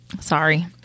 Sorry